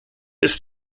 ist